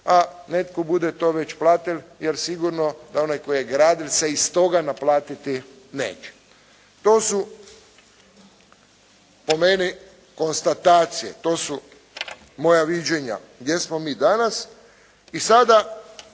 a netko bude to već platil' jer sigurno da onaj tko je gradio se iz toga naplatiti neće. To su po meni konstatacije. To su moja viđenja gdje smo mi danas. I sada